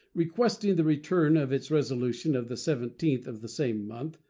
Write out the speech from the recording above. requesting the return of its resolution of the seventeenth of the same month,